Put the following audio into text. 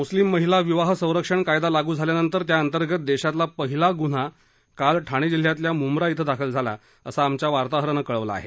मुस्लीम महिला विवाह संरक्षण कायदा लागू झाल्यानंतर त्याअंतर्गत देशातला पहिला गुन्हा काल ठाणे जिल्ह्यातल्या मुब्रा क्रि दाखल झाला असं आमच्या वार्ताहरानं कळवलं आहे